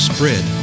Spread